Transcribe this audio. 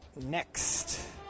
Next